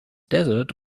desert